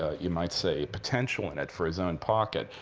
ah you might say, potential in it for his own pocket,